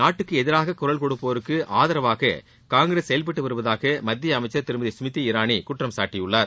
நாட்டுக்கு எதிராக குரல் கொடுப்போருக்கு ஆதரவாக காங்கிரஸ் செயல்பட்டு வருவதாக மத்திய அமைச்சர் திருமதி ஸ்மிருதி இராணி குற்றம் சாட்டியுள்ளார்